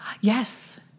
Yes